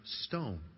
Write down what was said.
stone